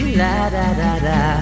la-da-da-da